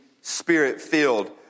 Spirit-Filled